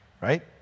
right